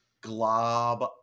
glob